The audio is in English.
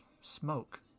smoke